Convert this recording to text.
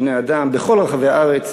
בני-אדם בכל רחבי הארץ,